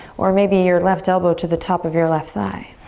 or maybe your left elbow to the top of your left thigh.